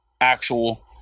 actual